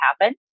happen